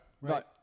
right